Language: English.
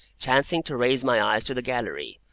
chancing to raise my eyes to the gallery,